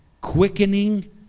quickening